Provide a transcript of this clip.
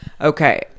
Okay